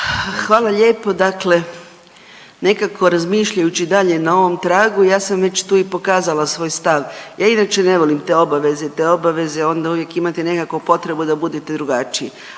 Hvala lijepo, dakle nekako razmišljajući dalje na ovom tragu ja sam već tu i pokazala svoj stav. Ja inače ne volim te obaveze, te obaveze onda uvijek imate nekako potrebu da budete drugačiji,